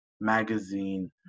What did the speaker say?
Magazine